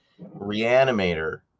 Reanimator